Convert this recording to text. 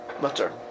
mutter